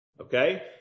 okay